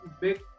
big